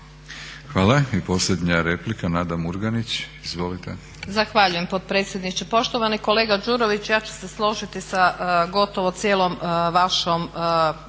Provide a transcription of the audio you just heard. Hvala. I posljednja replika Nada Murganić. Izvolite.